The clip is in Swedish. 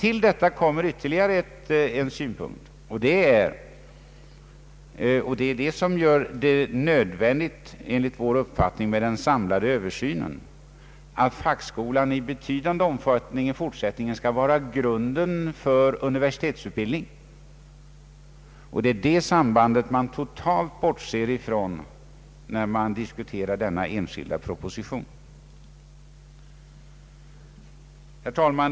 Till detta kommer ytterligare en synpunkt, och det är enligt vår uppfattning nödvändigt med den samlade översynen att fackskolan i betydande omfattning i fortsättningen skall vara grunden för universitetsutbildning. Detta samband bortser man totalt från när man diskuterar denna enskilda proposition. Herr talman!